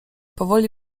powoli